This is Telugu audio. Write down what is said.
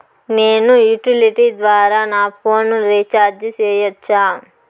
నేను యుటిలిటీ ద్వారా నా ఫోను రీచార్జి సేయొచ్చా?